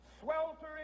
sweltering